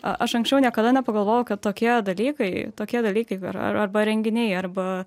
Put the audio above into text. a aš anksčiau niekada nepagalvojau kad tokie dalykai tokie dalykai ar arba renginiai arba